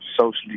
socially